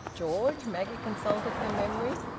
george? maggie consulted her memory.